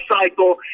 cycle